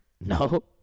No